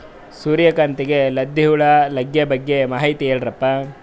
ಸೂರ್ಯಕಾಂತಿಗೆ ಲದ್ದಿ ಹುಳ ಲಗ್ಗೆ ಬಗ್ಗೆ ಮಾಹಿತಿ ಹೇಳರಪ್ಪ?